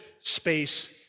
space